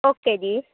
okay ਜੀ